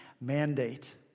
mandate